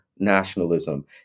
Nationalism